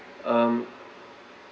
um